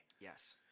yes